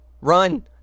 run